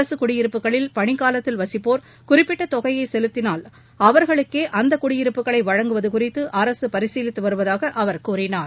அரசு குடியிருப்புகளில் பனிக்காலத்தில் வசிப்போர் குறிப்பிட்ட தொகையை செலுத்தினால் அவர்களுக்கே அந்த குடியிருப்புகளை வழங்குவது குறித்து அரசு பரிசீலித்து வருவதாக அவர் கூறினார்